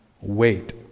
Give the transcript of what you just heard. wait